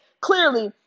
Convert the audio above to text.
clearly